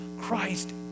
Christ